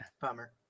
Bummer